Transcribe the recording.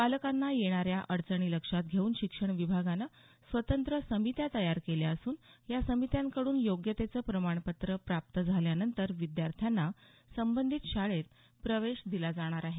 पालकांना येणाऱ्या अडचणी लक्षात घेऊन शिक्षण विभागानं स्वतंत्र समित्या तयार केल्या असून या समित्यांकडून योग्यतेचं प्रमाणपत्र प्राप्त झाल्यानंतर विद्यार्थ्यांना संबंधित शाळेत प्रवेश दिला जाणार आहे